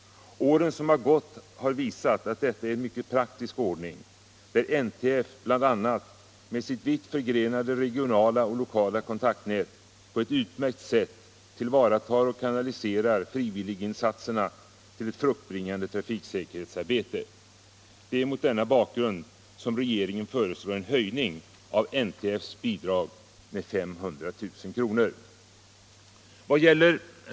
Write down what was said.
Åren som gått har visat att detta är en mycket praktisk ordning, där NTF bl.a. med sitt vitt förgrenade regionala och lokala kontaktnät på ett utmärkt sätt tillvaratar och kanaliserar frivilliginsatserna till ett fruktbringande trafiksäkerhetsarbete. Det är mot denna bakgrund som regeringen föreslår en höjning av NTF:s bidrag med 500 000 kr.